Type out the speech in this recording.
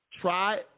try